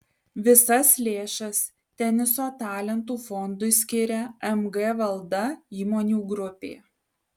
visas lėšas teniso talentų fondui skiria mg valda įmonių grupė